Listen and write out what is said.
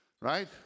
right